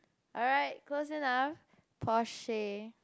alright close enough Porsche